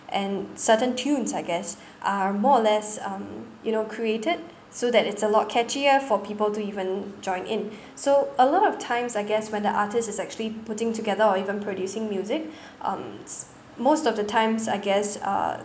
and certain tunes I guess are more or less um you know created so that it's a lot catchier for people to even join in so a lot of times I guess when the artist is actually putting together or even producing music um most of the times I guess uh